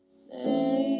say